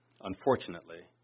unfortunately